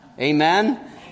Amen